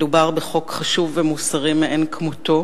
מדובר בחוק חשוב ומוסרי מאין כמותו.